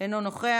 אינו נוכח.